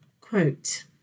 Quote